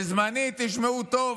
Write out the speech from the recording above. בזמני, תשמעו טוב,